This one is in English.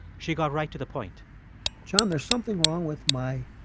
she got right to the point john, there's something wrong with my